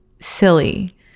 silly